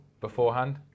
beforehand